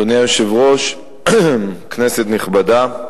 אדוני היושב-ראש, כנסת נכבדה,